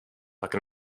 pak